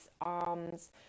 arms